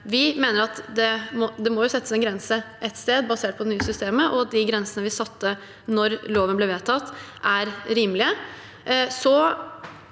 Vi mener at det må settes en grense et sted basert på det nye systemet, og de grensene vi satte da loven ble vedtatt, er rimelige.